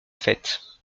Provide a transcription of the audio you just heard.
fête